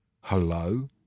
Hello